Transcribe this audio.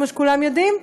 כמו שכולם יודעים,